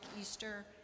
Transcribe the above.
Easter